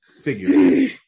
figure